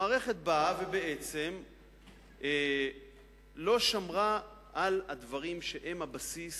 המערכת באה ובעצם לא שמרה על הדברים שהם הבסיס